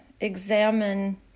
examine